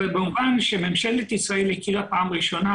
-- הוא היסטורי במובן שממשלת ישראל הכירה פעם ראשונה